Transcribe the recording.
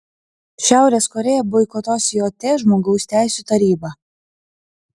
šiaurės korėja boikotuos jt žmogaus teisių tarybą